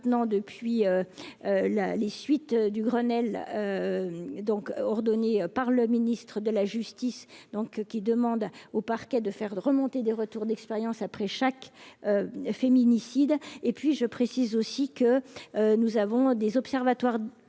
depuis la les suites du Grenelle donc ordonné par le ministre de la justice, donc, qui demande au Parquet de faire remonter des retours. Fayence après chaque féminicides et puis je précise aussi que nous avons des observatoires